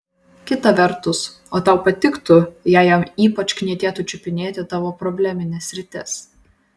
kita vertus o tau patiktų jei jam ypač knietėtų čiupinėti tavo problemines sritis